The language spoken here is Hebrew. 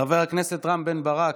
חבר הכנסת רם בן ברק,